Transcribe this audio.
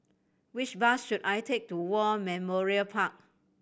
which bus should I take to War Memorial Park